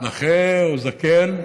נכה או זקן?